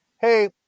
hey